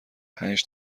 پنج